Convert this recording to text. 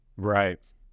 Right